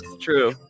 True